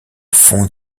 fond